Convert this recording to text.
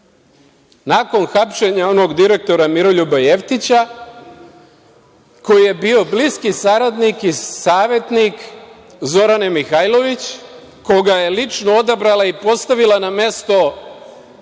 Nakon hapšenja onog direktora Miroljuba Jevtića, koji je bio bliski saradnik i savetnik Zorane Mihajlović, koga je lično odabrala i postavila na mesto odakle